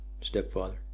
stepfather